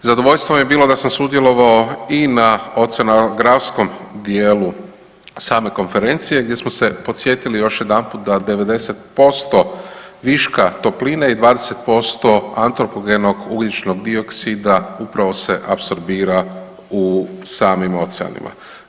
Zadovoljstvo mi je bilo da sam sudjelovao i na oceonografskom djelu same konferencije gdje smo se podsjetili još jedanput da 90% viška topline i 20% antropogenog ugljičnog dioksida upravo se apsorbira u samim oceanima.